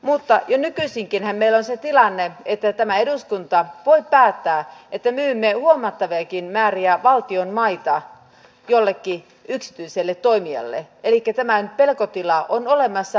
mutta jo nykyisinkinhän meillä on se tilanne että tämä eduskunta voi päättää että myymme huomattaviakin määriä valtion maita jollekin yksityiselle toimijalle elikkä tämä pelkotila on olemassa jo nyt